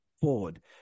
Ford